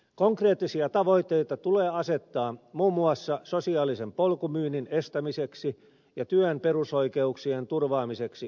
konkreettisia tavoitteita tulee asettaa muun muassa sosiaalisen polkumyynnin estämiseksi ja työn perusoikeuksien turvaamiseksi eurooppalaisella tasolla